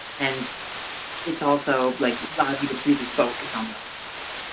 and it's also, like, allows you to freely focus on those classes?